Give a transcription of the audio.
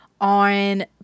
on